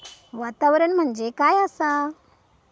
वातावरण म्हणजे काय आसा?